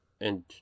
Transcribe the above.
and-